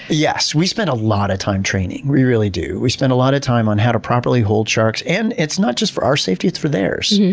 yes. we spend a lot of time training really do. we spend a lot of time on how to properly hold sharks. and it's not just for our safety, it's for theirs,